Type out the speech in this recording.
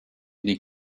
des